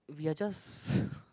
we are just